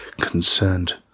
concerned